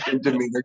demeanor